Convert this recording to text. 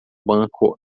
banco